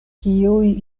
kiuj